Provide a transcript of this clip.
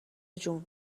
جون